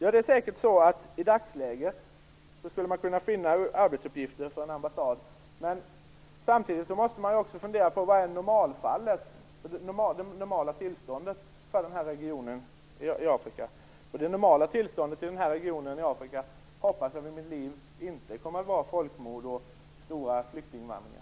I dagsläget skulle man säkert kunna finna arbetsuppgifter för en ambassad. Samtidigt måste man också fundera över vad som är det normala tillståndet för den här regionen i Afrika. Det normala tillståndet för den här regionen i Afrika hoppas jag för mitt liv inte kommer att vara folkmord och stora flyktingvandringar.